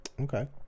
Okay